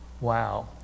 Wow